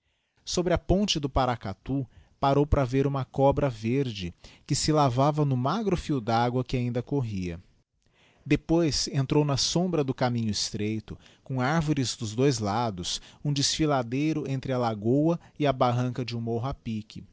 sobre a ponte do paracatú parou para ver uma codigiti zedby google bra verde que se lavava no magro fio d agua que ainda corria depois entrou na sombra do caminho estreito com arvores dos dois lados um desfiladeiro entre a lagoa e a barranca de um morro á pique